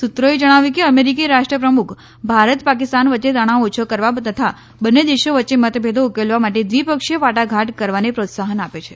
સુત્રોએ જણાવ્યું કે અમેરીકી રાષ્ટ્રપ્રમુખ ભારત પાકિસ્તાન વચ્ચે તણાવ ઓછો કરવા તથા બંને દેશો વચ્ચે મતભેદો ઉકેલવા માટે દ્વિપક્ષીય વાટાઘાટ કરવાને પ્રોત્સાહન આપે છે